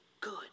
good